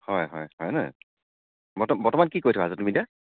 হয় হয় হয় ন' বৰ্তমান বৰ্তমান কি কৰি থকা হৈছে তুমি এতিয়া